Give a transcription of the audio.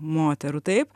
moterų taip